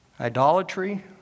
idolatry